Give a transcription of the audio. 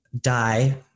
die